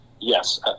yes